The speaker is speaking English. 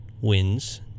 wins